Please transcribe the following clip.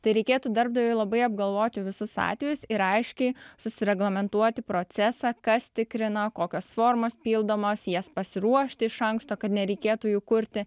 tai reikėtų darbdaviui labai apgalvoti visus atvejus ir aiškiai susireglamentuoti procesą kas tikrina kokios formos pildomos jas pasiruošti iš anksto kad nereikėtų jų kurti